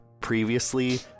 previously